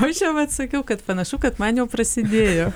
o aš jam atsakiau kad panašu kad man jau prasidėjo